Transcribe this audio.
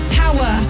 power